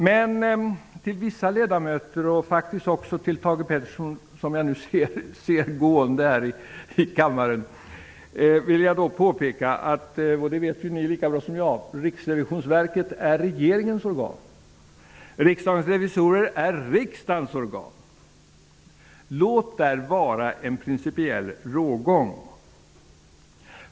Men till vissa ledamöter och Thage Peterson, som jag nu ser gående i kammaren, vill jag säga att Riksrevisionsverket ju är regeringens organ. Riksdagens revisorer är riksdagens organ. Låt där vara en principiell rågång.